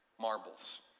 Marbles